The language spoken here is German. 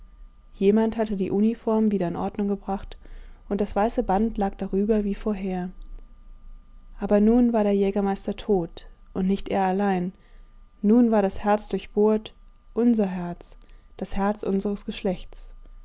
jemand hatte die uniform wieder in ordnung gebracht und das weiße band lag darüber wie vorher aber nun war der jägermeister tot und nicht er allein nun war das herz durchbohrt unser herz das herz unseres geschlechts